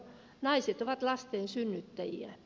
naiset ovat lasten synnyttäjiä